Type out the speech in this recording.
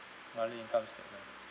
monthly income statement